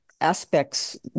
aspects